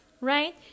right